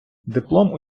диплом